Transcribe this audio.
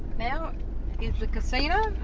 now here's the casino,